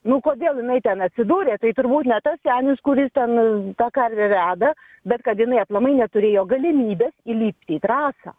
nu kodėl jinai ten atsidūrė tai turbūt ne tas senis kuris ten tą karvę veda bet kad jinai aplamai neturėjo galimybės įlipti į trasą